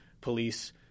police